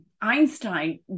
Einstein